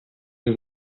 się